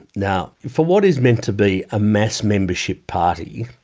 now, for what is meant to be a mass membership party,